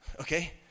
Okay